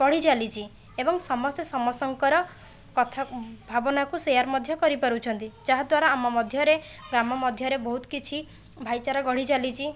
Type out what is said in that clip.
ବଢ଼ି ଚାଲିଛି ଏବଂ ସମସ୍ତେ ସମସ୍ତଙ୍କର କଥାକୁ ଭାବନାକୁ ସେୟାର ମଧ୍ୟ କରିପାରୁଛନ୍ତି ଯାହାଦ୍ଵାରା ଆମ ମଧ୍ୟରେ ଗ୍ରାମ ମଧ୍ୟରେ ବହୁତ କିଛି ଭାଇଚାରା ଗଢ଼ି ଚାଲିଛି